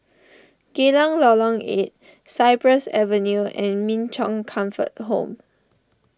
Geylang Lorong eight Cypress Avenue and Min Chong Comfort Home